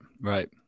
Right